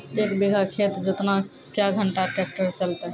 एक बीघा खेत जोतना क्या घंटा ट्रैक्टर चलते?